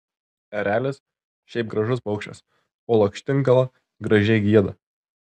erelis šiaip gražus paukštis o lakštingala gražiai gieda